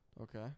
Okay